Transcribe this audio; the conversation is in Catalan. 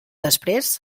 després